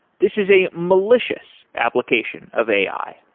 this is a malicious application of ai.